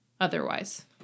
otherwise